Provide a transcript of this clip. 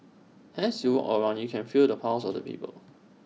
as you walk around you can feel the pulse of the people